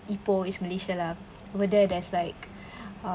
ipoh east malaysia lah over there there's like uh